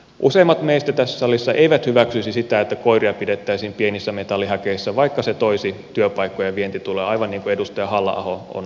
useimmat meistä tässä salissa eivät hyväksyisi sitä että koiria pidettäisiin pienissä metallihäkeissä vaikka se toisi työpaikkoja ja vientituloja aivan niin kuin edustaja halla aho on edellä todennut